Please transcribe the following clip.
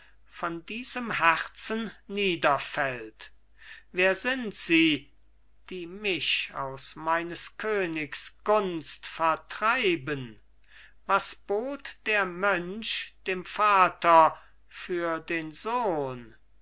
von diesem herzen niederfällt wer sind sie die mich aus meines königs gunst vertrieben was bot der mönch dem vater für den sohn